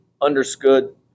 understood